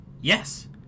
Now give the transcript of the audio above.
Yes